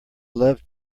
loved